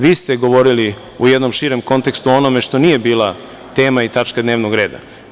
Vi ste govorili u jednom širem kontekstu o onome što nije bila tema i tačka dnevnog reda.